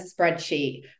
spreadsheet